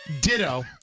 Ditto